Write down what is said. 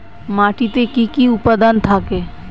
মাটিতে কি কি উপাদান থাকে?